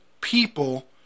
people